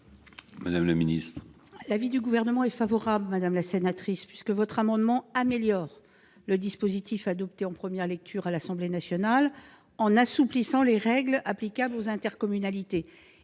Madame la ministre,